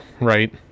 right